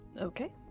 Okay